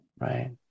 Right